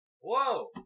Whoa